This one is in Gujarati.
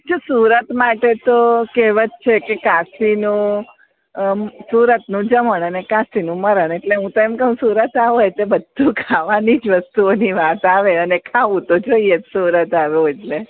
જો સુરત માટે તો કહેવત છે કે કાશીનું સુરતનું નો જમણ અને કાશીનું મરણ એટલે હું તો એમ કહું સુરત આવો એટલે બધું ખાવાની જ વસ્તુઓની વાત આવે ને ખાવું જ જોઈએ સુરત આવો એટલે